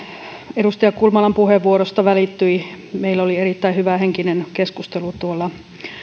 edustaja kulmalan puheenvuorosta välittyi meillä oli erittäin hyvähenkinen keskustelu